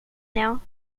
now